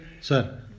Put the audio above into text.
sir